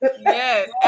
Yes